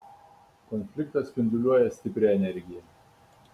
konfliktas spinduliuoja stiprią energiją